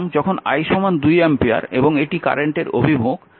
সুতরাং যখন I 2 ampere এবং এটি কারেন্টের অভিমুখ